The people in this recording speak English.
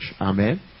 Amen